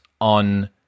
on